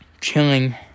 chilling